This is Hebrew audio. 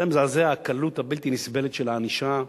זה מזעזע, הקלות הבלתי-נסבלת של הענישה.